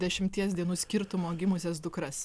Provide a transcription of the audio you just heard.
dešimties dienų skirtumo gimusias dukras